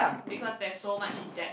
because there's so much depth